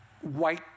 white